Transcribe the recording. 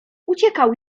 uciekał